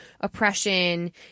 oppression